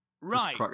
Right